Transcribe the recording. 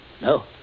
No